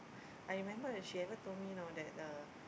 I remember she ever told me you know that uh